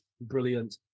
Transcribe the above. brilliant